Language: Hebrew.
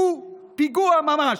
הוא פיגוע ממש.